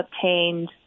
obtained